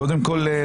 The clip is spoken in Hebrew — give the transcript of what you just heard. קודם כול,